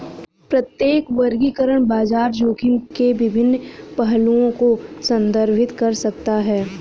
प्रत्येक वर्गीकरण बाजार जोखिम के विभिन्न पहलुओं को संदर्भित कर सकता है